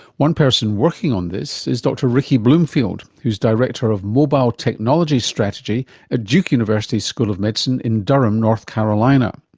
one person working on this is dr ricky bloomfield who is director of mobile technology strategy at duke university's school of medicine in durham north carolina.